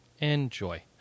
Enjoy